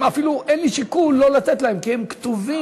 אין לי אפילו שיקול לא לתת להם, כי הם כתובים.